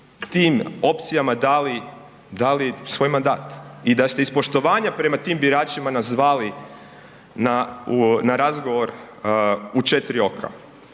tim opcijama dali, dali svoj mandat i da ste iz poštovanja prema tim biračima nas zvali na, u, na razgovor u 4 oka.